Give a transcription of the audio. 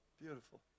Beautiful